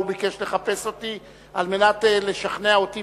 הוא ביקש לחפש אותי על מנת לשכנע אותי